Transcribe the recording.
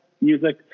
Music